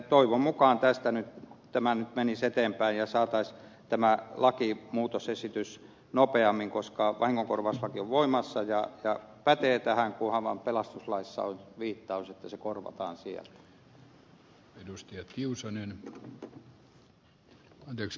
toivon mukaan tämä nyt menisi eteenpäin ja saataisiin tämä lakimuutosesitys nopeammin koska vahingonkorvauslaki on voimassa ja pätee tähän kunhan vaan pelastuslaissa on viittaus että se korvataan sieltä